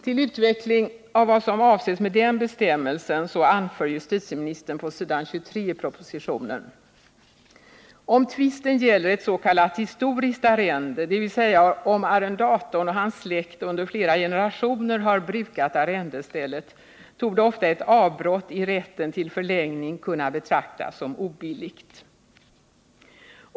Till utveckling av vad som avses med denna bestämmelse anför justitie ”Om tvisten gäller ett s.k. historiskt arrende, dvs. om arrendatorn och hans släkt under flera generationer har brukat arrendestället, torde ofta ett avbrott i rätten till förlängning kunna betraktas som obilligt.